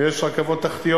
ויש רכבות תחתיות.